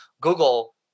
Google